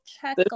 check